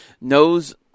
knows